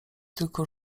tylko